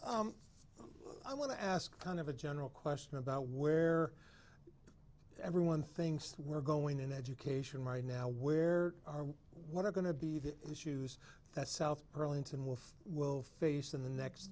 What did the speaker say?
s i want to ask kind of a general question about where everyone thinks we're going in education right now where are we what are going to be the issues that south burlington with will face in the next